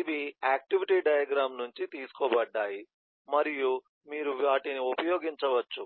ఇవి activity diagram నుండి తీసుకోబడ్డాయి మరియు మీరు వాటిని ఉపయోగించవచ్చు